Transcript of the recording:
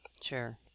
Sure